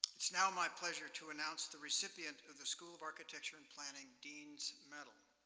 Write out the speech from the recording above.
it's now my pleasure to announce the recipient of the school of architecture and planning dean's medal.